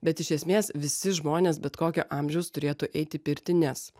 bet iš esmės visi žmonės bet kokio amžiaus turėtų eit į pirtį nes